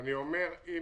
עוקב אחרי